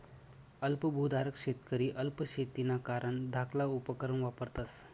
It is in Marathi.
अल्प भुधारक शेतकरी अल्प शेतीना कारण धाकला उपकरणं वापरतस